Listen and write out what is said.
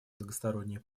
многосторонние